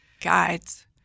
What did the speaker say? guides